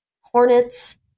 Hornets